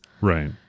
Right